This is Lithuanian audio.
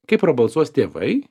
kaip prabalsuos tėvai